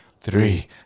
three